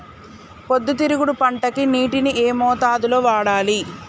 పొద్దుతిరుగుడు పంటకి నీటిని ఏ మోతాదు లో వాడాలి?